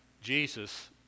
Jesus